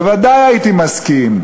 בוודאי הייתי מסכים,